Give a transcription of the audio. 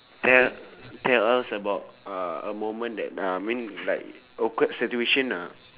tell tell us about uh a moment that I mean like awkward situation lah